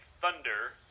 thunder